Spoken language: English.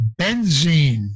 benzene